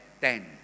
ten